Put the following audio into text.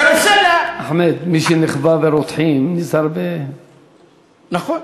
הקרוסלה, אחמד, מי שנכווה ברותחין נזהר, נכון.